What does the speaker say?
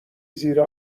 زیر